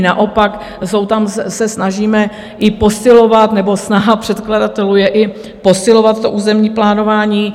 Naopak se snažíme i posilovat, nebo snaha předkladatelů je i posilovat územní plánování.